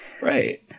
Right